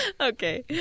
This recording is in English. Okay